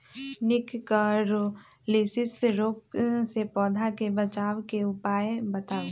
निककरोलीसिस रोग से पौधा के बचाव के उपाय बताऊ?